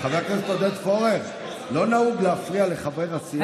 חבר הכנסת עודד פורר, לא נהוג להפריע לחברי הסיעה.